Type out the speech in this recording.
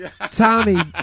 Tommy